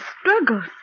struggles